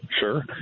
sure